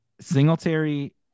Singletary